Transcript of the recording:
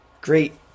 great